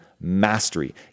mastery